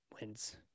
wins